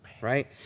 right